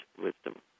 wisdom